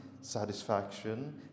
satisfaction